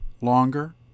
longer